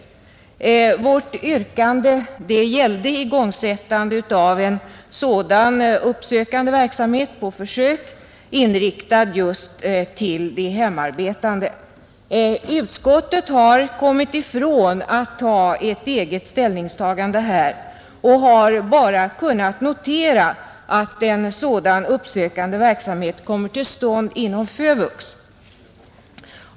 Vårt yrkande gällde igångsättande av en sådan uppsökande verksamhet på försök, inriktad på de hemarbetande, Utskottet har kommit ifrån ett eget ställningstagande och har bara kunnat notera att en sådan uppsökande verksamhet kommer till stånd inom FÖVUX.